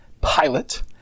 Pilot